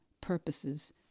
purposes